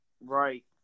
right